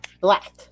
black